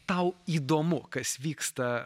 tau įdomu kas vyksta